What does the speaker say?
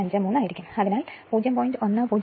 153 ആയിരിക്കും അതിനാൽ 0